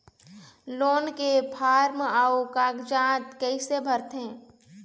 Loan के form अऊ कागजात कइसे भरथें?